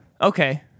Okay